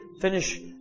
finish